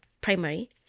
primary